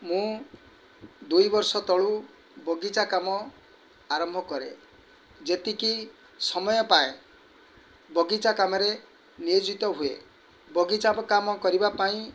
ମୁଁ ଦୁଇ ବର୍ଷ ତଳୁ ବଗିଚା କାମ ଆରମ୍ଭ କରେ ଯେତିକି ସମୟ ପାଏ ବଗିଚା କାମରେ ନିୟୋଜିତ ହୁଏ ବଗିଚା କାମ କରିବା ପାଇଁ